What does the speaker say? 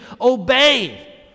obey